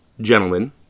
gentlemen